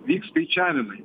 vyks skaičiavimai